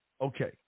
Okay